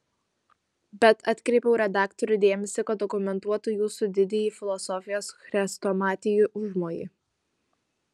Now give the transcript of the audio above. bet atkreipiau redaktorių dėmesį kad dokumentuotų jūsų didįjį filosofijos chrestomatijų užmojį